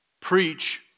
preach